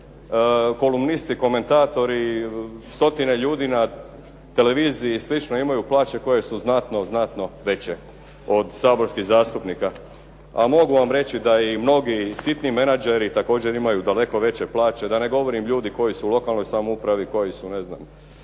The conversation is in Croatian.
kolumnisti, komentatori, stotine ljudi na televiziji i slično imaju plaće koje su znatno, znatno veće od saborskih zastupnika. A mogu vam reći da i mnogi sitni menadžeri također imaju daleko veće plače, da ne govorim ljudi koji su u lokalnoj samoupravi, koji su ne znam